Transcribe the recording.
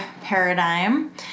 paradigm